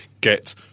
get